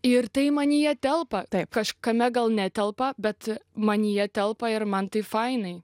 ir tai manyje telpa taip kažkame gal netelpa bet manyje telpa ir man tai fainai